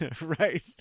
Right